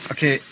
Okay